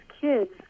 kids